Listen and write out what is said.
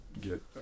get